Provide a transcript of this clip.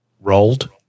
Rolled